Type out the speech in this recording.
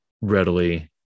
readily